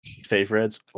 Favorites